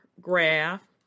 graph